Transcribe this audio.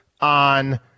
on